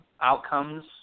outcomes